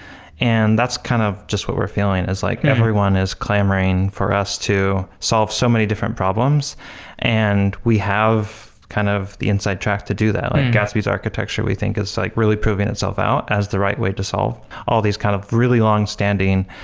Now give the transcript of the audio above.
and that's kind of just what we're feeling. it's like everyone is clamoring for us to solve so many different problems and we have kind of the inside track to do that. gatsby's architecture we think is like really proving itself out as the right way to solve all these kind of really long-standing,